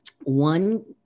One